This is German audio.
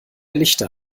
lichter